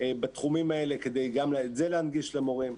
בתחומים האלה כדי גם את זה להנגיש למורים.